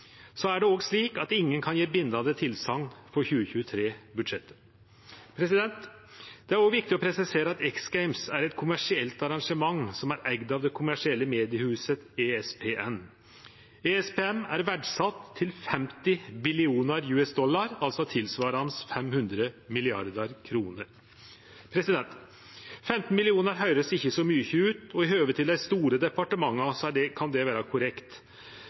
er òg slik at ingen kan gje bindande tilsegn for 2023-budsjettet. Det er òg viktig å presisere at X Games er et kommersielt arrangement som er eigd av det kommersielle mediehuset ESPN. ESPN er verdsett til 50 billionar US-dollar, altså tilsvarande 500 mrd. kr. 15 mill. kr høyrest ikkje så mykje ut, og i høve til dei store departementa kan det vere korrekt. Men med referanse til det